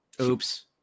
oops